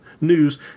news